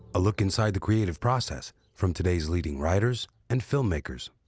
a look inside the creative process from today's leading writers and filmmakers.